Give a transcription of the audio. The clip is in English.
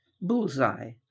Bullseye